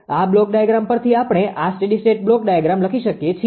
આ block diagram પરથી આપણે આ સ્ટેડી સ્ટેટ બ્લોક ડાયાગ્રામ લખી શકીએ છીએ